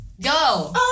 Go